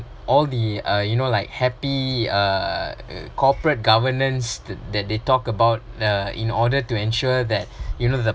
all the uh you know like happy uh corporate governance th~ that they talk about uh in order to ensure that you know the